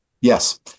Yes